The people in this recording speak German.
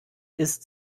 ist